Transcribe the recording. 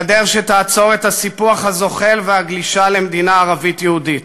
גדר שתעצור את הסיפוח הזוחל והגלישה למדינה ערבית יהודית,